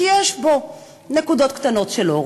כי יש בו נקודות קטנות של אור,